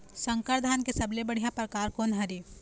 संकर धान के सबले बढ़िया परकार कोन हर ये?